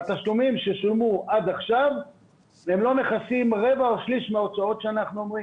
התשלומים ששולמו עד עכשיו לא מכסים רבע או שליש מההוצאות שלנו.